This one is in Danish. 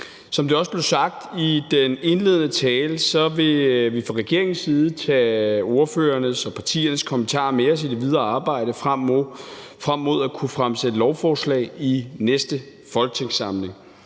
Som det også blev sagt i den indledende tale, vil vi fra regeringens side tage ordførernes og partiernes kommentarer med os i det videre arbejde frem mod at kunne fremsætte lovforslag i næste folketingssamling,